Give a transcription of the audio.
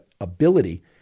ability